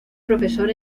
profesor